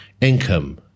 income